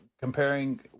Comparing